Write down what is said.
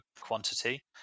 quantity